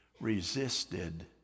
resisted